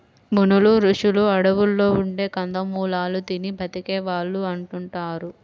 మునులు, రుషులు అడువుల్లో ఉండే కందమూలాలు తిని బతికే వాళ్ళు అంటుంటారు